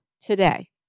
today